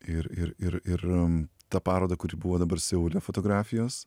ir ir ir ir ta paroda kuri buvo dabar seule fotografijos